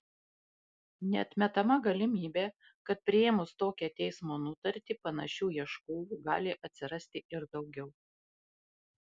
neatmetama galimybė kad priėmus tokią teismo nutartį panašių ieškovų gali atsirasti ir daugiau